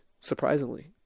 surprisingly